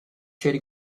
trade